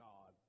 God